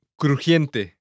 crujiente